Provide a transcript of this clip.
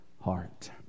heart